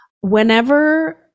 Whenever